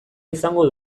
izango